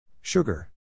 Sugar